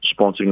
sponsoring